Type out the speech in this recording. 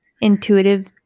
intuitive